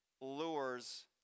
lures